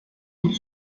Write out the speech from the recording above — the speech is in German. und